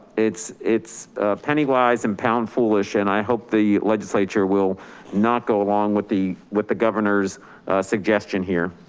it's it's penny wise and pound-foolish and i hope the legislature will not go along with the with the governor's suggestion here.